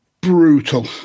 brutal